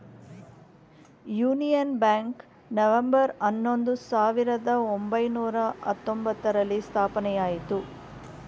union Bank November ಹನ್ನೊಂದು, ಸಾವಿರದ ಒಂಬೈನೂರ ಹತ್ತೊಂಬ್ತರಲ್ಲಿ ಸ್ಥಾಪನೆಯಾಯಿತು